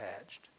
attached